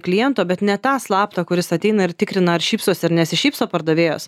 kliento bet ne tą slaptą kuris ateina ir tikrina ar šypsosi ar nesišypso pardavėjos